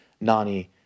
Nani